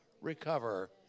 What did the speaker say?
recover